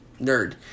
Nerd